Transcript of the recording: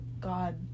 god